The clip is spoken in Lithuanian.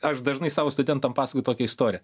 aš dažnai savo studentam pasakoju tokią istoriją